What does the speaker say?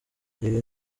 ibi